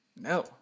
No